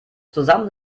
zusammen